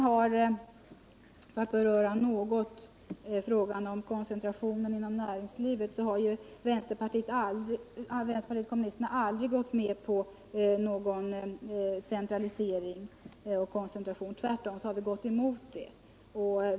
För att något beröra frågan om koncentrationen inom näringslivet har vänsterpartiet kommunisterna aldrig gått med på någon centralisering och koncentration, utan alldeles tvärtom.